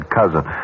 cousin